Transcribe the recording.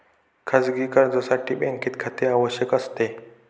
खाजगी कर्जासाठी बँकेत खाते आवश्यक असते